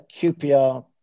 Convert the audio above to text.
QPR